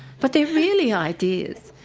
but they're really ideas,